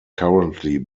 currently